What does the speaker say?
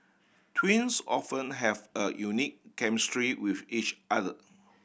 twins often have a unique chemistry with each other